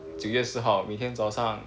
九月十号每天早上